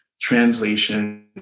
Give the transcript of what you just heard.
translation